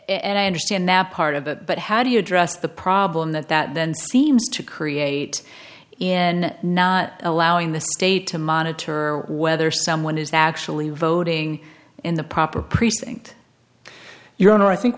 and i understand now part of that but how do you address the problem that that then seems to create in not allowing the state to monitor whether someone is actually voting in the proper precinct your honor i think